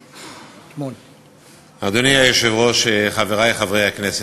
אדוני היושב-ראש, חברי חברי הכנסת,